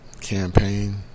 campaign